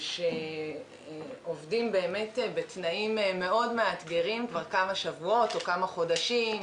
שעובדים בתנאים מאוד מאתגרים כבר תקופה ארוכה,